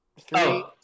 Three